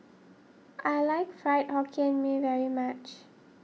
I like Fried Hokkien Mee very much